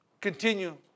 continue